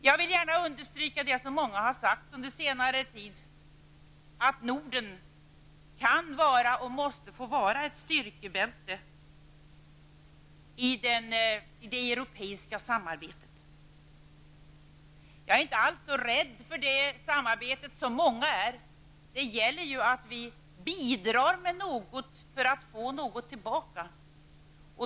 Jag vill gärna understryka det som många har sagt under senare tid, nämligen att Norden kan vara och måste få vara ett styrkebälte i det europeiska samarbetet. Jag är inte alls så rädd för detta samarbete som många andra är. Det gäller ju att vi bidrar med något för att få något tillbaka.